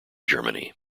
germany